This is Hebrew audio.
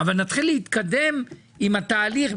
אבל נתחיל להתקדם עם התהליך.